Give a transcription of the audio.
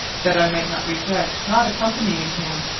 that i might not regret not accompanying him,